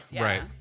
right